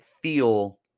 feel